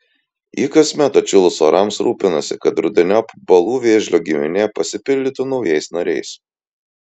ji kasmet atšilus orams rūpinasi kad rudeniop balų vėžlio giminė pasipildytų naujais nariais